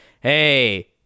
Hey